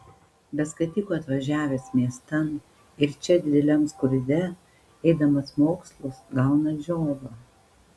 be skatiko atvažiavęs miestan ir čia dideliam skurde eidamas mokslus gauna džiovą